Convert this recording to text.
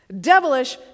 Devilish